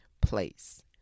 place